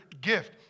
gift